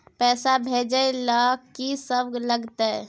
पैसा भेजै ल की सब लगतै?